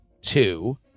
two